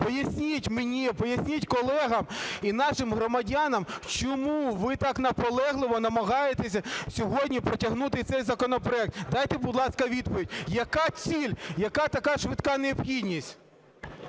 Поясніть мені, поясніть колегам і нашим громадянам, чому ви так наполегливо намагаєтеся сьогодні протягнути цей законопроект. Дайте, будь ласка, відповідь: яка ціль, яка така швидка необхідність?